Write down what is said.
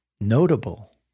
notable